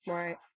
right